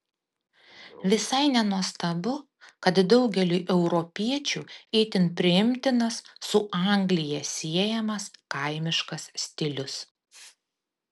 visai nenuostabu kad daugeliui europiečių itin priimtinas su anglija siejamas kaimiškas stilius